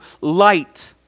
light